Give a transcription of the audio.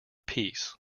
pease